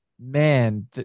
man